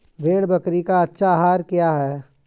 भेड़ बकरी का अच्छा आहार क्या है?